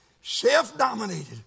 self-dominated